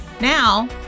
Now